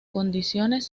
condiciones